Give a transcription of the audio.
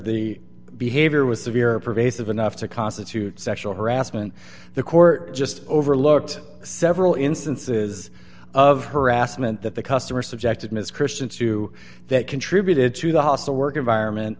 the behavior was severe pervasive enough to constitute sexual harassment the court just overlooked several instances of harassment that the customer subjected ms christian to that contributed to the hostile work